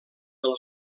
del